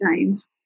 times